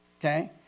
Okay